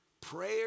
Prayer